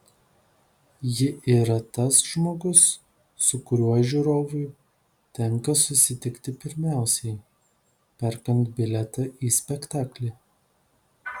ji yra tas žmogus su kuriuo žiūrovui tenka susitikti pirmiausiai perkant bilietą į spektaklį